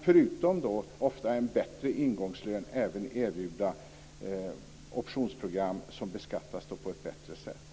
Förutom en bättre ingångslön kan de ofta erbjuda optionsprogram som beskattas på ett bättre sätt.